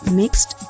mixed